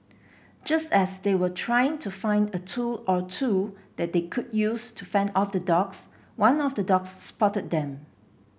just as they were trying to find a tool or two that they could use to fend off the dogs one of the dogs spotted them